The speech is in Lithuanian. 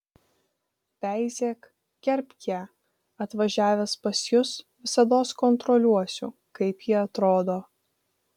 veizėk gerbk ją atvažiavęs pas jus visados kontroliuosiu kaip ji atrodo